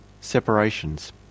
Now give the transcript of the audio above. separations